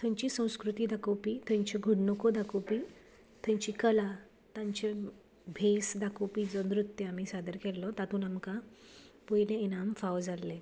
थंयची संस्कृती दाखोवपी थंयच्यो घडणुको दाखोवपी थंयची कला तांचे भेस दाखोवपी जो नृत्य सादर केल्लो तातूंत आमकां पयलें इनाम फावो जाल्लें